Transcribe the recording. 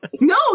No